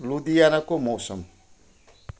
लुधियानाको मौसम